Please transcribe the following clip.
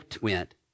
went